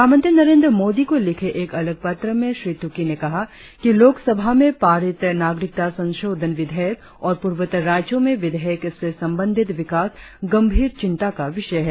प्रधानमंत्री नरेंद्र मोदी को लिखे एक अलग पत्र में श्री तुकी ने कहा कि लोक सभा में पारित नागरिकता संशोधन विधेयक और पूर्वोत्तर राज्यों में विधेयक से संबंधित विकास गंभीर चिंता का विषय है